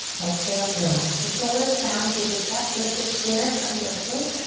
exhale to relax the shoulders down, keep the chest lifted here, heart lifted.